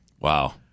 Wow